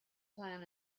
plan